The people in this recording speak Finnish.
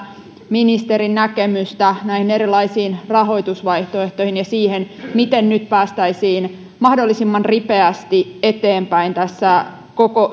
ministerin näkemystä näihin erilaisiin rahoitusvaihtoehtoihin ja siihen miten nyt päästäisiin mahdollisimman ripeästi eteenpäin tässä koko